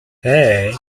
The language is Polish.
hej